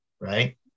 right